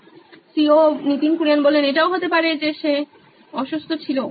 Nitin Kurian C O O নোইন electronics এটাও হতে পারে যে সে অসুস্থ ছিল